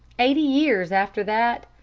eighty years after that,